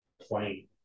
plain